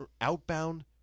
outbound